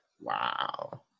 Wow